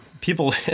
people